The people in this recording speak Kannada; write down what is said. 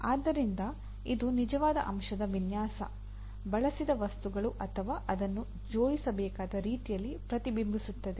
ಆದ್ದರಿಂದ ಇದು ನಿಜವಾದ ಅಂಶದ ವಿನ್ಯಾಸ ಬಳಸಿದ ವಸ್ತುಗಳು ಅಥವಾ ಅದನ್ನು ಜೋಡಿಸಬೇಕಾದ ರೀತಿಯಲ್ಲಿ ಪ್ರತಿಬಿಂಬಿಸುತ್ತದೆ